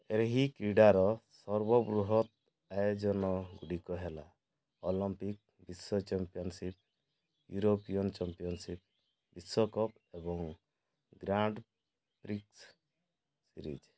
ଏହି କ୍ରୀଡ଼ାର ସର୍ବବୃହତ୍ ଆୟୋଜନଗୁଡ଼ିକ ହେଲା ଅଲମ୍ପିକ୍ସ ବିଶ୍ୱ ଚମ୍ପିୟନସିପ୍ ୟୁରୋପୀୟ ଚମ୍ପିୟନସିପ୍ ବିଶ୍ୱକପ୍ ଏବଂ ଗ୍ରାଣ୍ଡ ପ୍ରିକ୍ସ ସିରିଜ୍